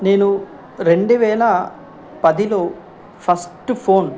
నేను రెండు వేల పదిలో ఫస్ట్ ఫోన్